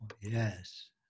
Yes